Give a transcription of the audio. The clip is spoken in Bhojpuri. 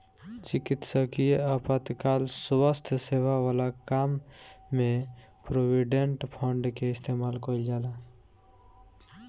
चिकित्सकीय आपातकाल स्वास्थ्य सेवा वाला काम में प्रोविडेंट फंड के इस्तेमाल कईल जाला